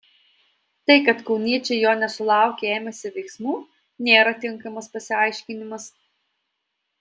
tai kad kauniečiai jo nesulaukę ėmėsi veiksmų nėra tinkamas pasiaiškinimas